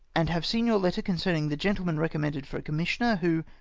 and have seen your letter concerning the gentleman recommended for a commissioner, who,